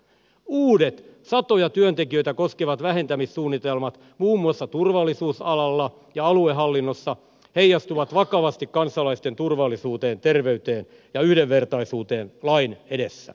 uudet satoja työntekijöitä koskevat vähentämissuunnitelmat muun muassa turvallisuusalalla ja aluehallinnossa heijastuvat vakavasti kansalaisten turvallisuuteen terveyteen ja yhdenvertaisuuteen lain edessä